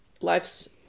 life's